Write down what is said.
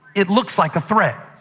it looks like a threat,